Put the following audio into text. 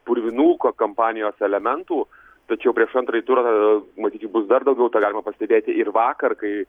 purvinų ko kampanijos elementų tačiau prieš antrąjį turą matyt jų bus dar daugiau tą galima pastebėti ir vakar kai